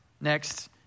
Next